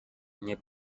nie